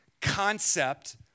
concept